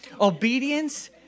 obedience